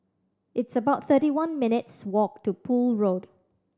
it's about thirty one minutes' walk to Poole Road